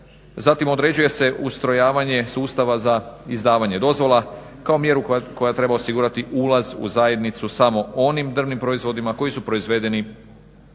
Zatim određuje se ustrojavanje sustava za izdavanje dozvola kao mjeru koja treba osigurati ulaz u zajednicu samo onim drvnim proizvodima koji su proizvedeni